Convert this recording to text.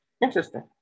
interesting